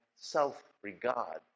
self-regard